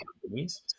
companies